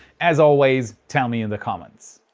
as always, tell me in the comments.